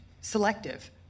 selective